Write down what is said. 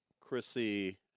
Chrissy